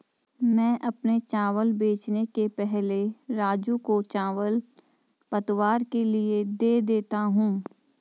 मैं अपने चावल बेचने के पहले राजू को चावल पतवार के लिए दे देता हूं